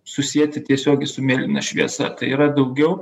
susieti tiesiogiai su mėlyna šviesa tai yra daugiau